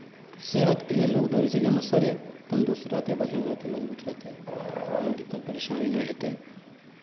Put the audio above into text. सेहतके लिए लोक दौड़ै छै कि हमर शरीर तन्दरुस्त रहतै बढ़िआँ रहतै मजबूत रहतै कोनो दिक्कत परेशानी नहि हेतै